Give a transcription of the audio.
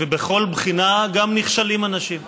ובכל בחינה גם נכשלים אנשים.